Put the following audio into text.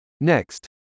Next